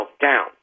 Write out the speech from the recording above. down